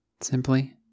Simply